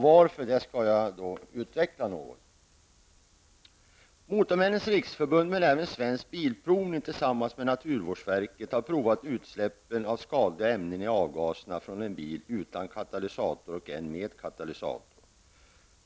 Varför jag anser det skall jag utveckla något. Bilprovning tillsammans med naturvårdsverket, har provat utsläppen av skadliga ämnen i avgaserna från bilar utan katalysator och bilar med katalysator.